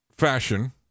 fashion